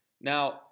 Now